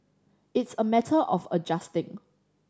it's a matter of adjusting